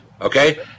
okay